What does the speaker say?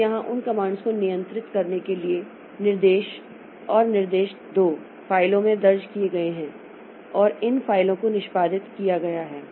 तो यहाँ उन कमांड्स को नियंत्रित करने के लिए निर्देश और निर्देश 2 फाइलों में दर्ज किए गए हैं और उन फाइलों को निष्पादित किया गया है